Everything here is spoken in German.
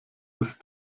ist